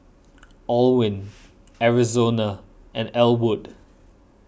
Alwin Arizona and Elwood